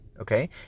okay